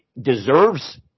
deserves